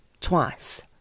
twice